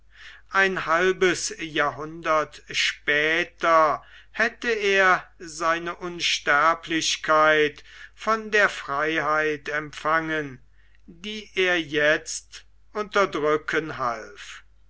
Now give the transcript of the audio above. ein halbes jahrhundert später hätte er seine unsterblichkeit von der freiheit empfangen die er jetzt unterdrücken half